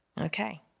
Okay